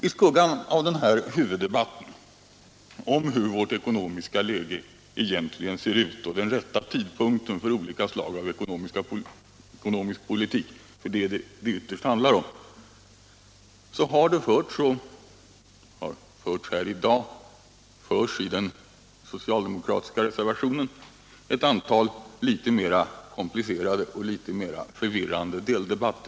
I skuggan av denna huvuddebatt om hur vårt ekonomiska läge egentligen ser ut och om den rätta tidpunkten för olika slag av ekonomisk politik — det handlar ju ytterst om detta — har det här i kammaren i dag och i samband med den socialdemokratiska reservationen förts ett antal litet mera komplicerade och förvirrande deldebatter.